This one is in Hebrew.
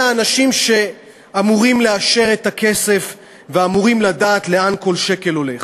האנשים שאמורים לאשר את הכסף ואמורים לדעת לאן כל שקל הולך.